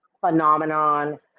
phenomenon